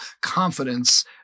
confidence